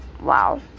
wow